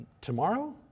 tomorrow